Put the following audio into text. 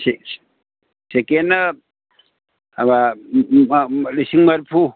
ꯁꯦꯀꯦꯟꯅ ꯂꯤꯁꯤꯡ ꯃꯔꯐꯨ